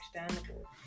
understandable